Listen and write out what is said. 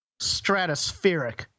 stratospheric